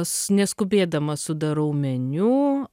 s neskubėdama sudarau meniu